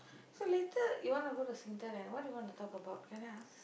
so later you wanna go to Singtel and what do you going to talk about can I ask